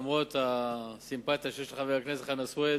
למרות הסימפתיה שיש לי לחבר הכנסת חנא סוייד,